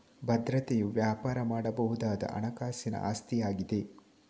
ಭದ್ರತೆಯು ವ್ಯಾಪಾರ ಮಾಡಬಹುದಾದ ಹಣಕಾಸಿನ ಆಸ್ತಿಯಾಗಿದೆ